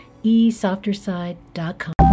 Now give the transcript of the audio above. eSofterSide.com